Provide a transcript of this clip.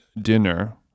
dinner